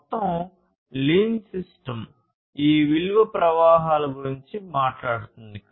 మొత్తం lean system ఈ విలువ ప్రవాహాల గురించి మాట్లాడుతుంది